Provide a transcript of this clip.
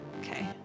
Okay